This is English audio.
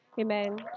Amen